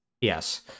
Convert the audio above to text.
yes